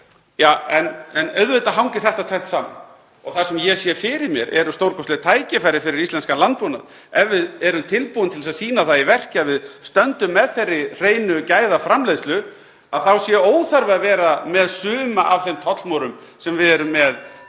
ekki.) Auðvitað hangir þetta tvennt saman. Það sem ég sé fyrir mér eru stórkostleg tækifæri fyrir íslenskan landbúnað, þ.e. ef við erum tilbúin til þess að sýna það í verki að við stöndum með þeirri hreinu gæðaframleiðslu þá sé óþarfi að vera með suma af þeim tollmúrum sem við erum með fyrir